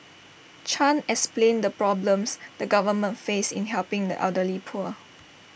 chan explained the problems the government face in helping the elderly poor